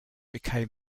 became